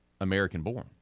American-born